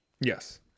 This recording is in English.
yes